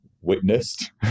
witnessed